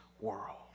world